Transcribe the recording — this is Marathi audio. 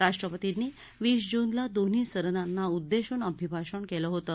राष्ट्रपतींनी वीस जूनला दोन्ही सदनांना उद्देशून अभिभाषण केलं होतं